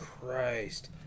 Christ